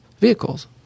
vehicles